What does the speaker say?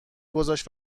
گذاشت